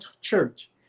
church